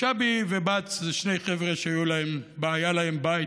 שבי ובץ אלה שני חבר'ה שהיה להם בית.